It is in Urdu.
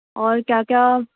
اور کیا کیا